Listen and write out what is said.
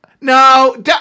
No